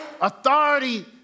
Authority